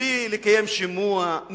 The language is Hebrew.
בלי לקיים שימוע,